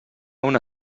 una